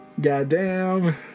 Goddamn